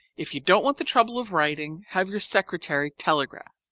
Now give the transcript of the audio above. if you don't want the trouble of writing, have your secretary telegraph.